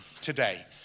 today